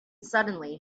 suddenly